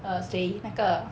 err 谁那个